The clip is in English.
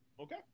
Okay